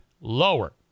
lower